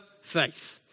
faith